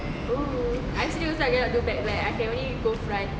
!woo! I still cannot do back I can only go front